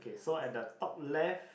so at the top left